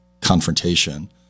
confrontation